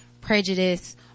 prejudice